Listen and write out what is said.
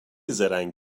زرنگ